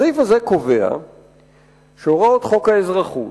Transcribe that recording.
הסעיף הזה קובע שהוראות חוק האזרחות,